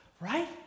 right